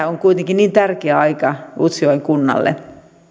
on kuitenkin niin tärkeä aika utsjoen kunnalle